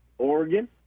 Oregon